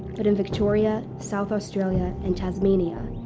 but in victoria, south australia and tasmania,